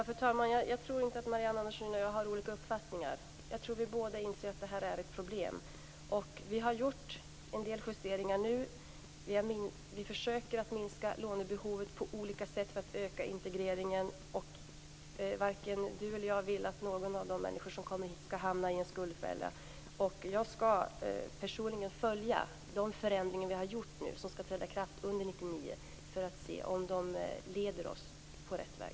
Fru talman! Jag tror inte att Marianne Andersson och jag har olika uppfattningar. Jag tror att vi båda inser att det här är ett problem. Vi har gjort en del justeringar nu. Vi försöker på olika sätt att minska lånebehovet för att öka integreringen. Varken Marianne Andersson eller jag vill att någon av de människor som kommer hit skall hamna i en skuldfälla. Jag skall personligen följa de förändringar som vi nu har gjort, vilka skall träda i kraft under 1999, för att se om de leder in på rätt väg.